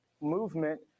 movement